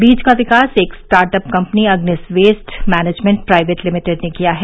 बीज का विकास एक startup company Agnis waste management private limited ने किया है